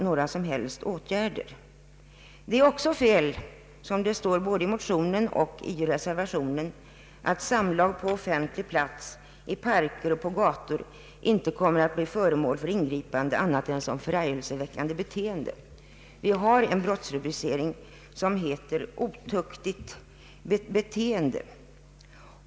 Det är också fel, som det står både i motionen och i reservationen, att samlag på offentlig plats, i parker och på gator, inte skulle bli föremål för ingripande, annat än som förargelseväckande beteende. Vi har brottsrubriceringen otuktigt beteende.